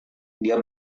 dia